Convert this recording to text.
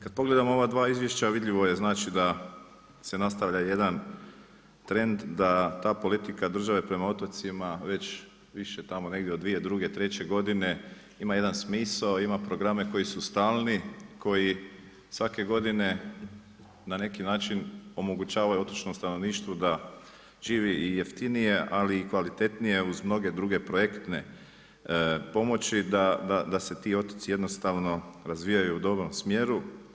Kad pogledamo ova dva izvješća vidljivo je znači da se nastavlja jedan trend da ta politika države prema otocima već više tamo negdje od 2002., treće godine ima jedan smisao, ima programe koji su stalni, koji svake godine na neki način omogućavaju otočnom stanovništvu da živi i jeftinije, ali i kvalitetnije uz mnoge druge projektne pomoći, da se ti otoci jednostavno razvijaju u dobrom smjeru.